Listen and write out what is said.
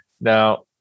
Now